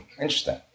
Interesting